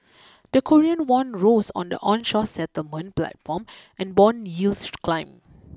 the Korean won rose on the onshore settlement platform and bond yields climbed